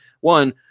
one